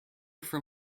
from